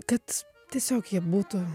kad tiesiog jie būtų